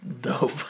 dope